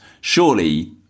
surely